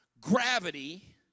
gravity